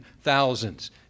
thousands